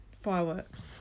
Fireworks